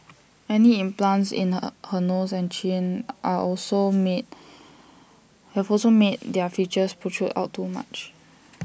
any implants in her her nose and chin are also made have also made they are features protrude out too much